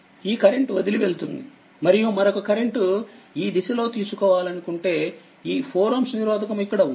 ఈ కరెంట్ వదిలి వెళ్తుంది మరియు మరొక కరెంట్ ఈ దిశలో తీసుకోవాలనుకుంటేఈ4Ωనిరోధకము ఇక్కడ ఉంది